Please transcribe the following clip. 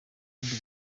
wakoze